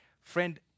Friend